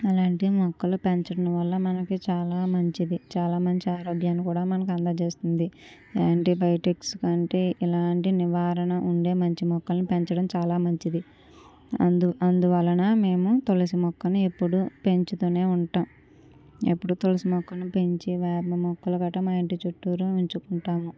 అలాంటి మొక్కలు పెంచడం వల్ల మనకు చాలా మంచిది చాలా మంచి ఆరోగ్యాన్ని కూడా మనకు అందజేస్తుంది యాంటీ బయాటిక్స్ కంటే ఇలాంటి నివారణ ఉండే మంచి మొక్కలను పెంచడం చాలా మంచిది అందు అందువలన మేము తులసి మొక్కను ఎప్పుడు పెంచుతూనే ఉంటాం ఎప్పుడు తులసి మొక్కను పెంచి వేప మొక్కలు గట్ట మా ఇంటి చుట్టూరా ఉంచుకుంటాం